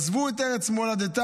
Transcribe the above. עזבו את ארץ מולדתם,